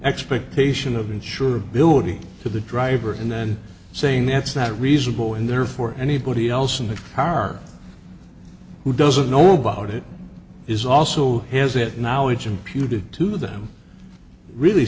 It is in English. expectation of insurability to the driver and then saying that's not reasonable and therefore anybody else in the car who doesn't know about it is also has it now it's imputed to them really